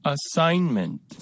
Assignment